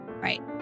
Right